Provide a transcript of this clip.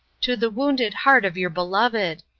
to the wounded heart of your beloved.